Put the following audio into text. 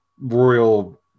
royal